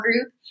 group